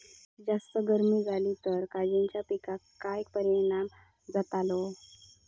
जास्त गर्मी जाली तर काजीच्या पीकार काय परिणाम जतालो?